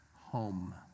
home